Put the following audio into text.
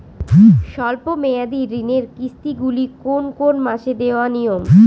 স্বল্প মেয়াদি ঋণের কিস্তি গুলি কোন কোন মাসে দেওয়া নিয়ম?